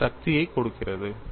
இது சக்தியைக் கொடுக்கிறது